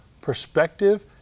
perspective